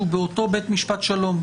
שהוא באותו בית משפט שלום,